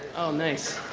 nice.